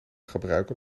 gebruiken